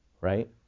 Right